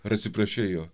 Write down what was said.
ar atsiprašei jo